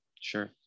Sure